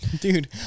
Dude